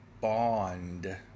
bond